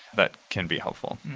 that can be helpful.